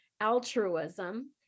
altruism